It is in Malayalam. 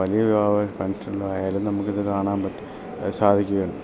വലിയ വിവാഹ ഫങ്ഷനിൽ ആയാലും നമുക്ക് ഇത് കാണാൻ പറ്റും സാധിക്കുക ഉണ്ട്